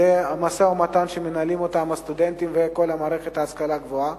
במשא-ומתן שמנהלים אותם הסטודנטים וכל מערכת ההשכלה גבוהה.